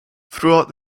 throughout